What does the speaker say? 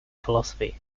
philosophy